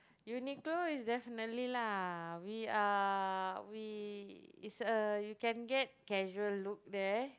Uniqlo is definitely lah we are we is a you can get casual look there